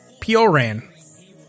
Pioran